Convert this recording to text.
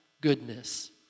goodness